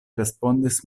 respondis